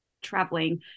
traveling